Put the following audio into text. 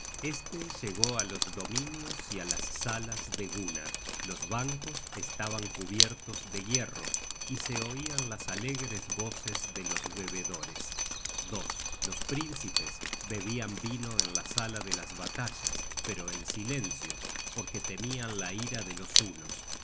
este llegó á los dominios y á las salas de gunnar los bancos estaban cubiertos de hierro y se oian las alegres voces de los bebedores los príncipes bebian vino en la sala de las batallas pero en silencio porque temian la ira